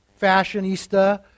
fashionista